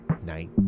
night